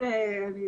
אני